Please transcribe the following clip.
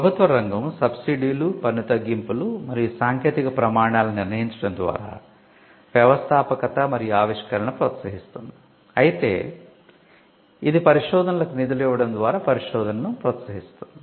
ప్రభుత్వ రంగం సబ్సిడీలు పన్ను తగ్గింపులు మరియు సాంకేతిక ప్రమాణాలను నిర్ణయించడం ద్వారా వ్యవస్థాపకత మరియు ఆవిష్కరణలను ప్రోత్సహిస్తుంది అయితే ఇది పరిశోధనలకు నిధులు ఇవ్వడం ద్వారా పరిశోధనను ప్రోత్సహిస్తుంది